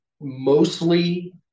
mostly